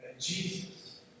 Jesus